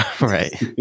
Right